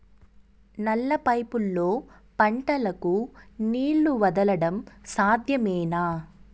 నల్ల పైపుల్లో పంటలకు నీళ్లు వదలడం సాధ్యమేనా?